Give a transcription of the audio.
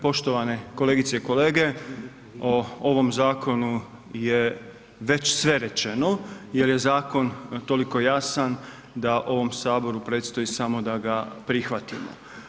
Poštovane kolegice i kolege o ovom zakonu je već sve rečeno jer je zakon toliko jasan da ovom saboru predstoji samo da ga prihvatimo.